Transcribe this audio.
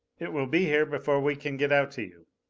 it will be here before we can get out to you.